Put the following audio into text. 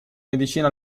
medicina